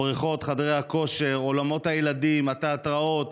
הבריכות, חדרי הכושר, עולמות הילדים, התיאטראות